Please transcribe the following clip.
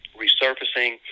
resurfacing